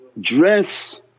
dress